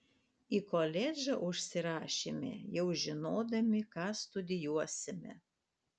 į koledžą užsirašėme jau žinodami ką studijuosime